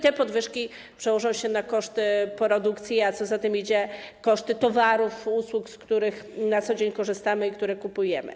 Te podwyżki przełożą się na koszty produkcji, a co za tym idzie - koszty towarów, usług, z których na co dzień korzystamy i które kupujemy.